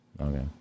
Okay